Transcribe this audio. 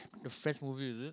the French movie is it